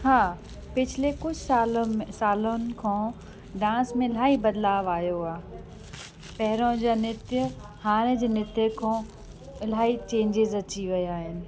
हा पिछले कुझु साल सालनि खां डांस में इलाही बदलाव आयो आहे पहिरिरों जा नृत्य हाणे जे नृत्य खां इलाही चेंज़िस अची विया आहिनि